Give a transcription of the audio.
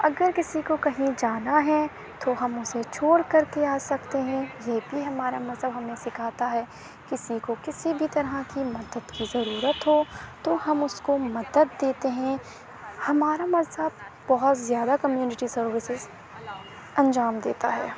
اگر کسی کو کہیں جانا ہے تو ہم اسے چھوڑ کر کے آ سکتے ہیں یہ بھی ہمارا مذہب ہمیں سکھاتا ہے کسی کو کسی بھی طرح کی مدد کی ضرورت ہو تو ہم اس کو مدد دیتے ہیں ہمارا مذہب بہت زیادہ کمیونٹی سرویسیس انجام دیتا ہے